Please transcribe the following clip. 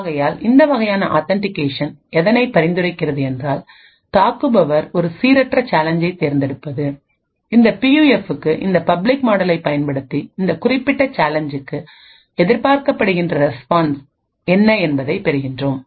ஆகையால்இந்த வகையான ஆதென்டிகேஷன்எதனைப் பரிந்துரைக்கிறது என்றால் தாக்குபவர் ஒரு சீரற்ற சேலஞ்சைத் தேர்ந்தெடுப்பது இந்த பியூஎஃப்புக்குஇந்த பப்ளிக் மாடலைப் பயன்படுத்தி அந்த குறிப்பிட்ட சேலஞ்சுக்கு எதிர்பார்க்கப்படுகின்ற ரெஸ்பான்ஸ் என்ன என்பதைப் பெறுகின்றோம்